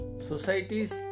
societies